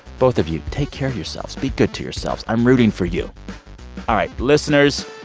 both of you, take care of yourselves. be good to yourselves. i'm rooting for you all right, listeners,